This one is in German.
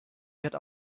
wird